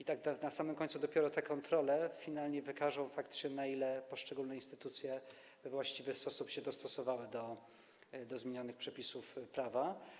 Dopiero na samym końcu te kontrole finalnie wykażą faktycznie, na ile poszczególne instytucje we właściwy sposób się dostosowały do zmienionych przepisów prawa.